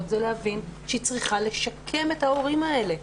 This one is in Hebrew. זה להבין שהיא צריכה לשקם את ההורים האלה.